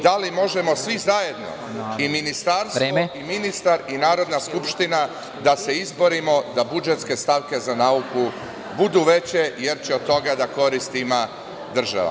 Da li možemo svi zajedno, i Ministarstvo, i ministar, i Narodna skupština, da se izborimo da budžetske stavke za nauku budu veće jer će od toga koristi da ima država?